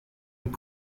with